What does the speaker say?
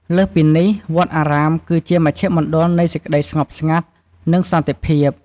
ព្រះសង្ឃជាអ្នកដែលរក្សា និងផ្សព្វផ្សាយនូវព្រះធម៌ និងមាគ៌ាផ្សេងៗ។